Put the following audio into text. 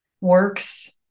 works